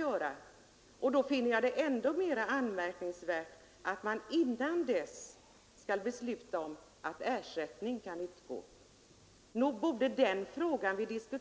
Men jag finner det då ännu mera anmärkningsvärt att man innan dess skall besluta om att ersättning kan utgå. Nog borde den saken komma efter